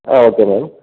ah okay ma'am